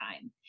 time